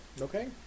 Okay